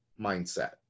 mindset